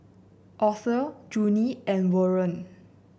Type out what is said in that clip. Othel Junie and Warren